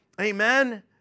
Amen